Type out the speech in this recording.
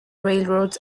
railroads